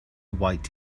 white